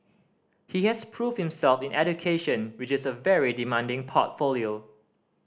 he has proved himself in education which is a very demanding portfolio